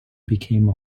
became